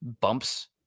bumps